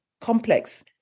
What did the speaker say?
complex